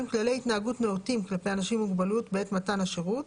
כללי התנהגות נאותים כלפי אנשים עם מוגבלות בעת מתן השירות